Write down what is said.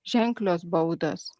ženklios baudos